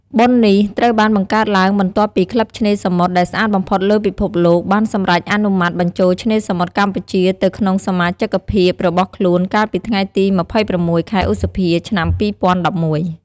បុណ្យនេះត្រូវបានបង្កើតឡើងបន្ទាប់ពីក្លឹបឆ្នេរសមុទ្រដែលស្អាតបំផុតលើពិភពលោក បានសម្រេចអនុម័តបញ្ចូលឆ្នេរសមុទ្រកម្ពុជាទៅក្នុងសមាជិកភាពរបស់ខ្លួន កាលពីថ្ងៃទី២៦ ខែឧសភា ឆ្នាំ២០១១។